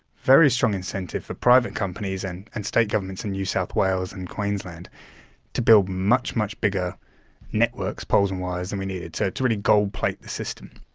very strong incentive for private companies and and state governments in new south wales and queensland to build much, much bigger networks, poles and wires, than we needed, so to really gold-plate the system.